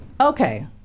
Okay